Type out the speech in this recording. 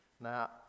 Now